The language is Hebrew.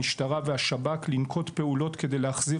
המשטרה ושב"כ לנקוט פעולות כדי להחזיר